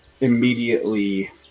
Immediately